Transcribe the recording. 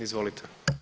Izvolite.